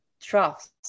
trust